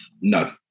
No